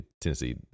Tennessee